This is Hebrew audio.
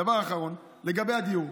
דבר אחרון, לגבי הדיור.